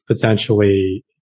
potentially